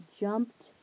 jumped